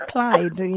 Clyde